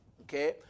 Okay